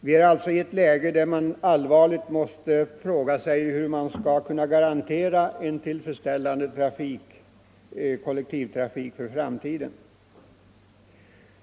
Vi är alltså i ett läge där man allvarligt måste fråga sig hur man skall kunna garantera en tillfredsställande kollektivtrafik för framtiden.